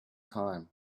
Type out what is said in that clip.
time